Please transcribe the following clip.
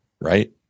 right